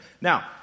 Now